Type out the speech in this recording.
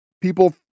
people